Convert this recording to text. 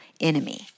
enemy